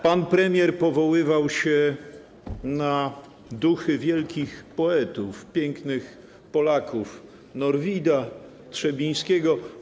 Pan premier powoływał się na duchy wielkich poetów, pięknych Polaków: Norwida, Trzebińskiego.